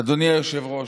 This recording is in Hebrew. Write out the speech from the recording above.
אדוני היושב-ראש,